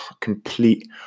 complete